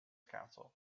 council